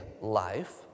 life